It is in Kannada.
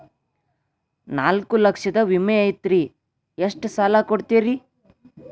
ನಾಲ್ಕು ಲಕ್ಷದ ವಿಮೆ ಐತ್ರಿ ಎಷ್ಟ ಸಾಲ ಕೊಡ್ತೇರಿ?